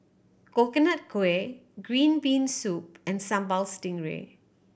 Coconut Kuih green bean soup and Sambal Stingray